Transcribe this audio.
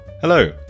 Hello